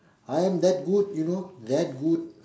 I am that good you know that good